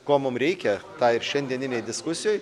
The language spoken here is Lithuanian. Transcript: ko mum reikia ką ir šiandieninėj diskusijoj